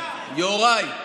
יוראי,